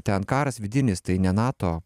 ten karas vidinis tai ne nato